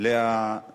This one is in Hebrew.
לפעולה